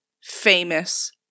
famous